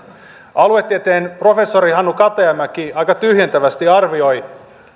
aluetieteen professori hannu katajamäki aika tyhjentävästi arvioi